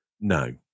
No